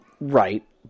Right